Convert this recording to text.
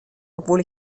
obwohl